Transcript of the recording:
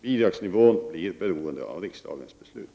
Bidragsnivån blir beroende av riksdagens beslut.